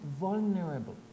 vulnerable